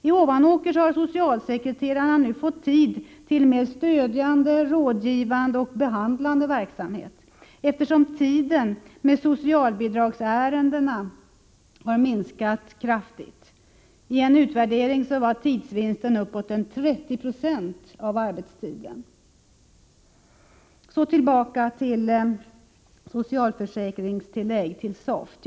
I Ovanåker har socialsekreterarna nu fått tid till mer stödjande, rådgivande och behandlande verksamhet, eftersom tiden med socialbidragsärendena har minskat kraftigt. Enligt en utvärdering var tidsvinsten uppåt 30 90 av arbetstiden. Så tillbaka till socialförsäkringstillägget, SOFT.